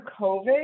COVID